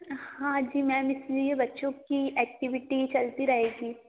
हाँ जी मैम इसलिए बच्चों की एक्टिविटी चलती रहेगी